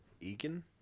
Egan